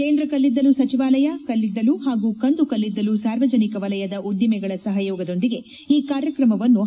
ಕೇಂದ್ರ ಕಲ್ಲಿದ್ದಲು ಸಚಿವಾಲಯ ಕಲ್ಲಿದ್ದಲು ಹಾಗೂ ಕಂದು ಕಲ್ಲಿದ್ದಲು ಸಾರ್ವಜನಿಕ ವಲಯದ ಉದ್ದಿಮೆಗಳ ಸಹಯೋಗದೊಂದಿಗೆ ಈ ಕಾರ್ಯಕ್ರಮವನ್ನು ಹಮ್ಮಿಕೊಳ್ಳಲಾಗಿದೆ